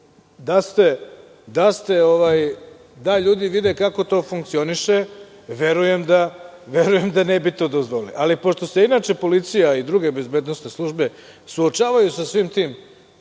Da ljudi vide kako to funkcioniše, verujem da ne bi to dozvolili. Ali, pošto se policija i druge bezbednosne službe suočavaju sa svim tim